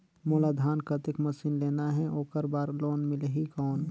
मोला धान कतेक मशीन लेना हे ओकर बार लोन मिलही कौन?